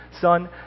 son